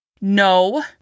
No